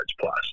plus